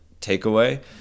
takeaway